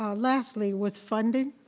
ah lastly with funding,